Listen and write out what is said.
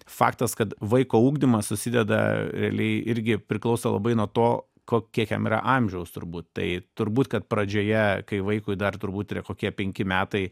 faktas kad vaiko ugdymas susideda realiai irgi priklauso labai nuo to ko kiek jam yra amžiaus turbūt tai turbūt kad pradžioje kai vaikui dar turbūt yra kokie penki metai